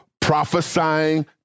prophesying